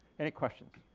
any questions?